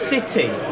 City